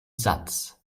satz